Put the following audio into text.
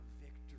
victory